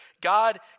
God